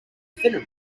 thinner